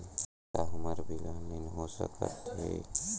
का हमर bill online हो सकत हे?